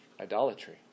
idolatry